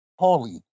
Paulie